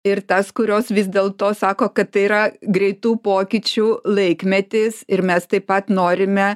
ir tas kurios vis dėl to sako kad tai yra greitų pokyčių laikmetis ir mes taip pat norime